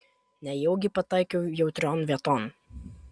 nejaugi pataikiau jautrion vieton